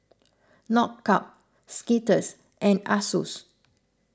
Knockout Skittles and Asus